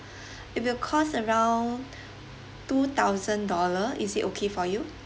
it will cost around two thousand dollar is it okay for you